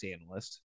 analyst